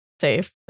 safe